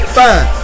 fine